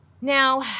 Now